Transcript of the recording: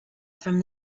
from